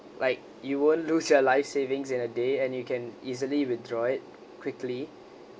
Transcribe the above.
like you won't lose your life savings in a day and you can easily withdraw it quickly